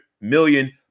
million